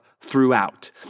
Throughout